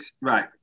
right